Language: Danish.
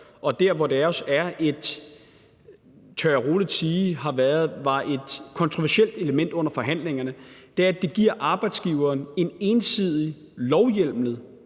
tør jeg roligt sige, kontroversielt element under forhandlingerne, er, at det giver arbejdsgiveren en ensidig lovhjemlet